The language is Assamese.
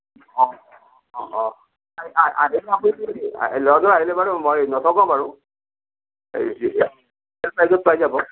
অঁ অঁ অঁ অঁ ল'ৰাজন আহিলে বাৰু মই বাৰু একে ছাইজত পাই যাব